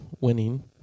winning